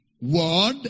word